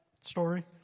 story